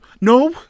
No